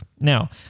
Now